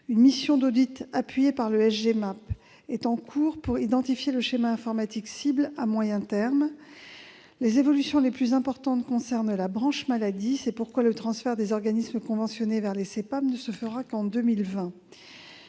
modernisation de l'action publique- le SGMAP -, est en cours pour identifier le schéma informatique cible à moyen terme. Les évolutions les plus importantes concernent la branche maladie. C'est pourquoi le transfert des organismes conventionnés vers les caisses primaires